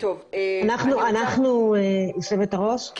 יושבת הראש,